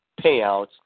payouts